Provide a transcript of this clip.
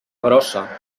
grossa